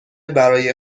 برای